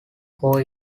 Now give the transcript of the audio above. four